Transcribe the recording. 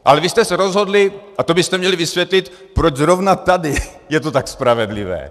Ale vy jste se rozhodli, a to byste měli vysvětlit, proč zrovna tady je to tak spravedlivé.